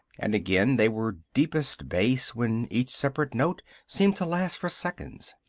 and again they were deepest bass, when each separate note seemed to last for seconds.